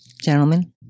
Gentlemen